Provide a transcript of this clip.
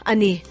Ani